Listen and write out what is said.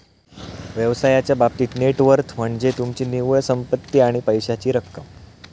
व्यवसायाच्या बाबतीत net worth म्हनज्ये तुमची निव्वळ संपत्ती आणि पैशाची रक्कम